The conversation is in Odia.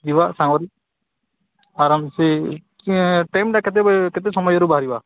ଯିବା ସାଙ୍ଗରେ ଆରାମସେ ଟାଇମ୍ଟା କେତେବେଳେ କେତେ ସମୟରୁ ବାହାରିବା